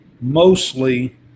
mostly